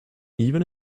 even